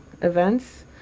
events